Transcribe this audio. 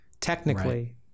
technically